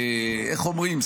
איך אומרים,